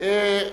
אין נמנעים.